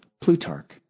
Plutarch